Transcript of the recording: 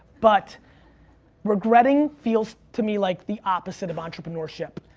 but regretting feels to me like the opposite of entrepreneurship,